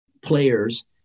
players